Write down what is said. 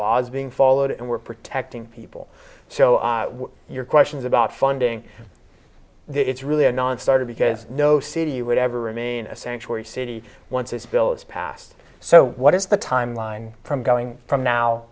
laws being followed and we're protecting people so your questions about funding it's really a nonstarter because no city would ever remain a sanctuary city once this bill is passed so what is the timeline from going from now